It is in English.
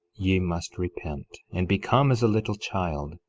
ye must repent, and become as a little child,